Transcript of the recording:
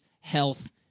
health